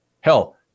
Hell